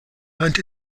hunt